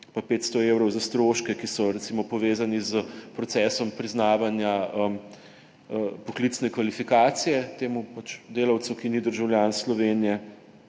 in 500 evrov za stroške, ki so povezani s procesom priznavanja poklicne kvalifikacije temu delavcu, ki ni državljan Slovenije,